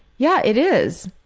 yeah, it is.